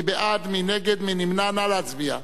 מי בעד, מי נגד, נא להצביע.